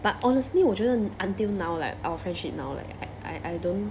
but honestly 我觉得 until now like our friendship now like I I I don't